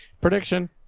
prediction